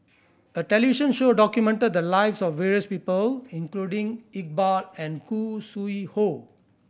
a television show documented the lives of various people including Iqbal and Khoo Sui Hoe